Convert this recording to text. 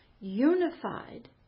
unified